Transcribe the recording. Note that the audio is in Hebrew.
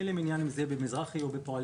אין לרשויות עניין בבנק מסוים,